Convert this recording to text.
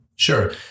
Sure